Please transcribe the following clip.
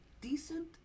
decent